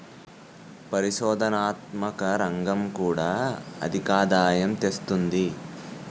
పరిశోధనాత్మక రంగం కూడా అధికాదాయం తెస్తుంది